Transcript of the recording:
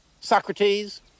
Socrates